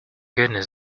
goodness